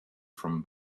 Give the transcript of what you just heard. from